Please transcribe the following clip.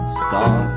star